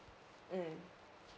mm